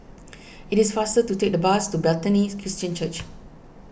it is faster to take the bus to Bethany Christian Church